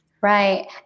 Right